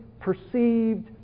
perceived